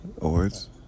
Awards